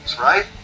right